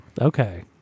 Okay